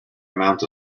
amount